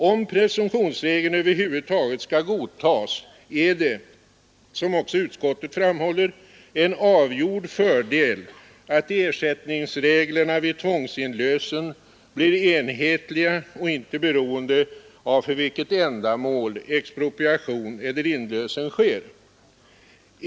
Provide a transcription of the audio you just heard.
Om presumtionsregeln över huvud taget skall godtas är det, som också utskottet framhåller, en avgjord fördel att ersättningsreglerna vid tvångsinlösen blir enhetliga och inte beroende av för vilket ändamål expropriation eller inlösen sker.